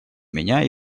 меня